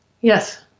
Yes